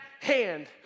hand